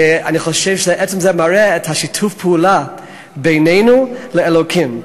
ואני חושב שזה מראה את שיתוף הפעולה בינינו לאלוקים,